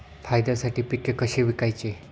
फायद्यासाठी पिके कशी विकायची?